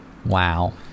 Wow